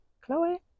Chloe